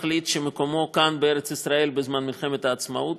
החליט שמקומו כאן בארץ ישראל בזמן מלחמת העצמאות.